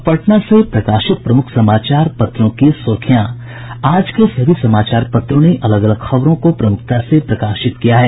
अब पटना से प्रकाशित प्रमुख समाचार पत्रों की सुर्खियां आज के सभी समाचार पत्रों ने अलग अलग खबरों को प्रमुखता से प्रकाशित किया है